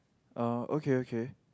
oh okay okay